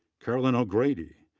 carolyn o'grady,